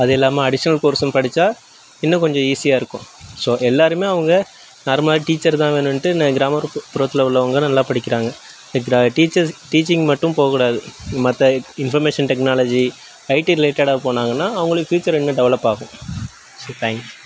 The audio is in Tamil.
அது இல்லாமல் அடிஷ்னல் கோர்ஸும் படித்தா இன்னும் கொஞ்சம் ஈஸியாக இருக்கும் ஸோ எல்லோருமே அவங்க நார்மலாக டீச்சர் தான் வேணுன்ட்டு ந கிராமப்புற புறத்தில் உள்ளவங்க நல்லா படிக்கிறாங்க கிரா டீச்சர்ஸ் டீச்சிங் மட்டும் போகக்கூடாது மற்ற இன்ஃபர்மேஷன் டெக்னாலஜி ஐடி ரிலேட்டடாக போனாங்கன்னால் அவங்களுக்கு ஃப்யூச்சர் இன்னும் டெவலப் ஆகும் ஸு தேங்க்யூ